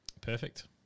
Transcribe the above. perfect